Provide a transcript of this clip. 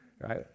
right